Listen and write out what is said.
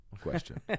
question